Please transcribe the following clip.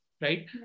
right